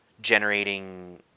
generating